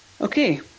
Okay